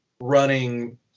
running